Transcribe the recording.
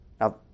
Now